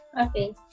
okay